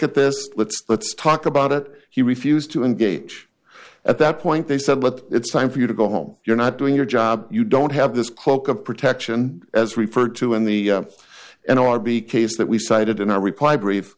at this let's let's talk about it he refused to engage at that point they said but it's time for you to go home you're not doing your job you don't have this cloak of protection as referred to in the n r b case that we cited in our reply brief